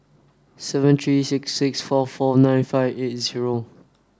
seven three six six four four nine five eight zero